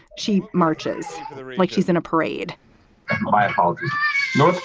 she marches like she's in a parade i um know.